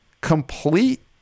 complete